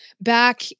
back